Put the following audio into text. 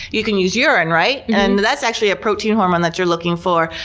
you can use urine, right? and that's actually a protein hormone that you're looking for.